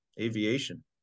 aviation